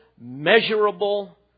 measurable